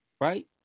right